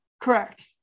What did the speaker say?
Correct